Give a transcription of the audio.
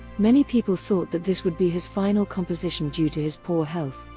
many people thought that this would be his final composition due to his poor health,